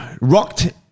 Rocked